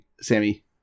Sammy